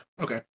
Okay